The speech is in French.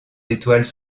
étoiles